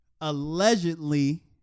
allegedly